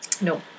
No